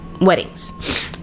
weddings